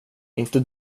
inte